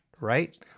right